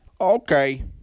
Okay